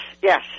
yes